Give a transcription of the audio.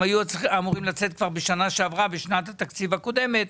הם היו אמורים לצאת כבר בשנת התקציב הקודמת,